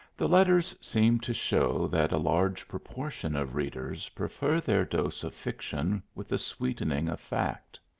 the letters seemed to show that a large proportion of readers prefer their dose of fiction with a sweetening of fact.